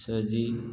सजी